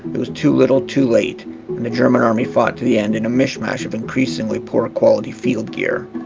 it was too little, too late and the german army fought to the end in a mishmash of increasingly poor quality field gear.